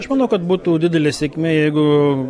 aš manau kad būtų didelė sėkmė jeigu